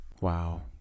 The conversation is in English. Wow